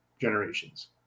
generations